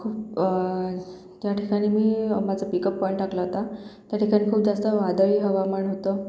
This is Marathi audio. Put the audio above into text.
खूप त्या ठिकाणी मी माझा पिकअप पॉईंट टाकला होता त्या ठिकाणी खूप जास्त वादळी हवामान होतं